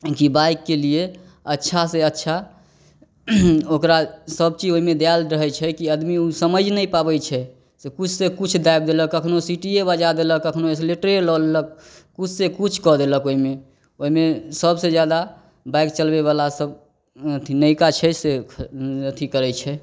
कि बाइकके लिए अच्छासे अच्छा ओकरा सबचीज ओहिमे देल रहै छै कि आदमी ओ समझि नहि पाबै छै से किछुसे किछु दाबि देलक से कखनहु सीटिए बजा देलक कखनहु एक्सलेटरे लऽ लेलक किछुसे किछु कऽ देलक ओहिमे ओहिमे सबसे ज्यादा बाइक चलबैवला सब अथी नएका छै से अथी करै छै